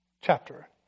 chapter